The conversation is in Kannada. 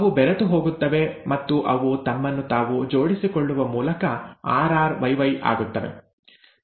ಅವು ಬೆರೆತು ಹೋಗುತ್ತವೆ ಮತ್ತು ಅವು ತಮ್ಮನ್ನು ತಾವು ಜೋಡಿಸಿಕೊಳ್ಳುವ ಮೂಲಕ Rr Yy ಆಗುತ್ತವೆ